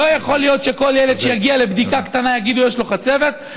לא יכול להיות שכל ילד שיגיע לבדיקה קטנה יגידו: יש לו חצבת,